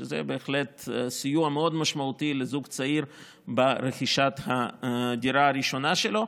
שזה בהחלט סיוע מאוד משמעותי לזוג צעיר ברכישת הדירה הראשונה שלו,